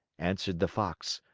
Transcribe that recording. answered the fox.